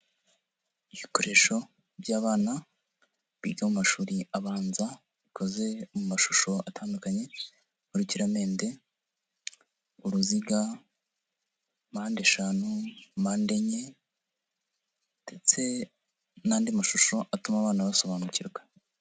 Ibikoresho by'abana biga amashuri abanza bikoze mu mashusho atandukanye y'urukiramende uruziga, mpande eshanu, mpande enye, ndetse n'andi mashusho atuma abana basobanukirwa.